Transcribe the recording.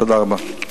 תודה רבה.